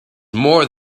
more